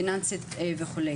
פיננסית וכו'.